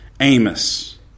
Amos